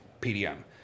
PDM